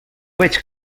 veig